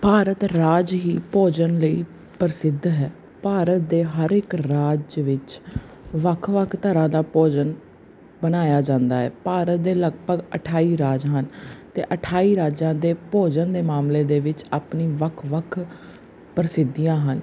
ਭਾਰਤ ਰਾਜ ਹੀ ਭੋਜਨ ਲਈ ਪ੍ਰਸਿੱਧ ਹੈ ਭਾਰਤ ਦੇ ਹਰ ਇੱਕ ਰਾਜ ਵਿੱਚ ਵੱਖ ਵੱਖ ਤਰ੍ਹਾਂ ਦਾ ਭੋਜਨ ਬਣਾਇਆ ਜਾਂਦਾ ਹੈ ਭਾਰਤ ਦੇ ਲਗਭਗ ਅਠਾਈ ਰਾਜ ਹਨ ਅਤੇ ਅਠਾਈ ਰਾਜਾਂ ਦੇ ਭੋਜਨ ਦੇ ਮਾਮਲੇ ਦੇ ਵਿੱਚ ਆਪਣੀਆਂ ਵੱਖ ਵੱਖ ਪ੍ਰਸਿੱਧੀਆਂ ਹਨ